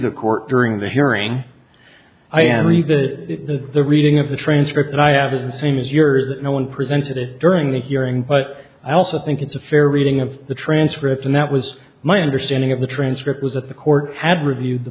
the court during the hearing i am even in the reading of the transcript and i have the same as your no one presented during the hearing but i also think it's a fair reading of the transcript and that was my understanding of the transcript was that the court had reviewed the